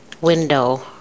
window